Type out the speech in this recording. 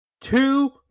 two